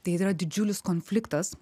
tai yra didžiulis konfliktas